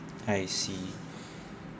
I see